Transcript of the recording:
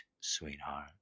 sweetheart